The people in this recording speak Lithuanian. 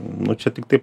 nu čia tiktai